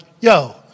yo